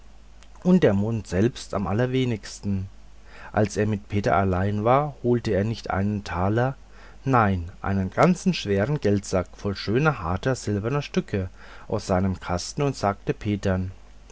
und der mond selbst am allerwenigsten als er mit peter allein war holte er nicht einen taler nein einen ganzen schweren geldsack voll schöner harter silberner stücke aus seinem kasten und sagte petern